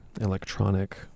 electronic